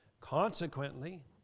Consequently